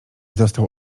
dostał